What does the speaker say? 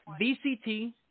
VCT